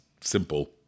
simple